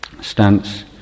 stance